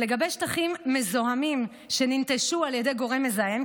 לגבי שטחים מזוהמים שננטשו על ידי גורם מזהם,